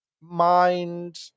mind